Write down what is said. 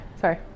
Sorry